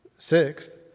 Sixth